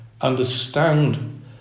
understand